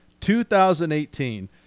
2018